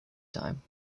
time